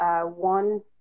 One